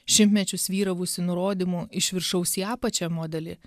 šimtmečius vyravusį nurodymų iš viršaus į apačią modelį